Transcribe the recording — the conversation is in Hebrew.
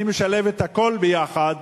אני משלב את הכול ביחד,